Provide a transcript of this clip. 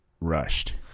rushed